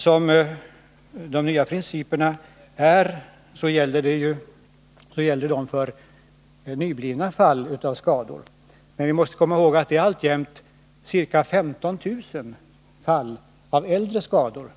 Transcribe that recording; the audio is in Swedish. Som de nya principerna är utformade gäller de för nyblivna fall avskador. Vi måste emellertid komma ihåg att det alltjämt är ca 15 000 fall av äldre skador